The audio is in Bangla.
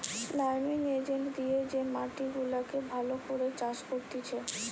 লাইমিং এজেন্ট দিয়ে যে মাটি গুলাকে ভালো করে চাষ করতিছে